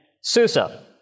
Susa